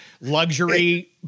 luxury